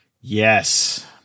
Yes